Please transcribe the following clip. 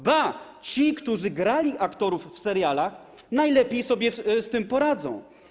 Ba, ci, którzy grali lekarzy w serialach, najlepiej sobie z tym poradzą.